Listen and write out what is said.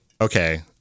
okay